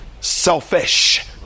selfish